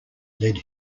led